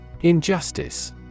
Injustice